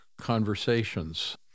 conversations